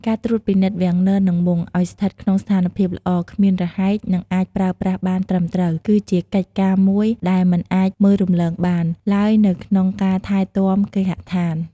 ការត្រួតពិនិត្យ វាំងនន និងមុង ឲ្យស្ថិតក្នុងស្ថានភាពល្អ គ្មានរហែក និងអាចប្រើប្រាស់បានត្រឹមត្រូវ គឺជាកិច្ចការមួយដែល មិនអាចមើលរំលងបាន ឡើយនៅក្នុងការថែទាំគេហដ្ឋាន។